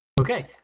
Okay